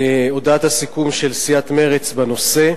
הודעת הסיכום של סיעת מרצ בנושא: